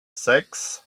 sechs